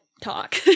talk